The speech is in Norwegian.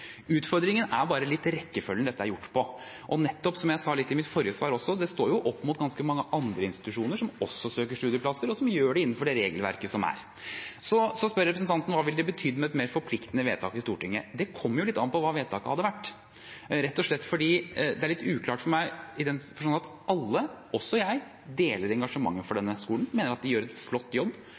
Utfordringen er bare rekkefølgen dette er gjort i. Og, som jeg sa litt i mitt forrige svar også, det står opp mot ganske mange andre institusjoner som også søker studieplasser, og som gjør det innenfor det regelverket som er. Så spør representanten Knutsdatter Strand: Hva ville det betydd med et mer forpliktende vedtak i Stortinget? Det kommer litt an på hva vedtaket hadde vært, rett og slett fordi det er litt uklart for meg i den forstand at alle – også jeg – deler engasjementet for denne skolen, og mener at de gjør en flott jobb